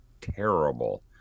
terrible